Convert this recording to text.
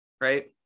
right